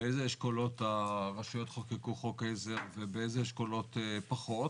באיזה אשכולות הרשויות חוקקו חוק עזר ובאיזה אשכולות פחות?